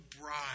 bride